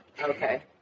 Okay